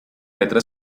letra